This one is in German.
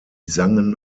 sangen